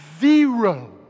zero